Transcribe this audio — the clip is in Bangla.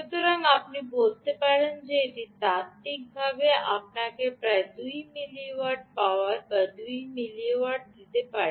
সুতরাং আপনি বলতে পারেন যে তাত্ত্বিকভাবে এটি আপনাকে প্রায় 2 মিলিওয়াট পাওয়ার দিতে হবে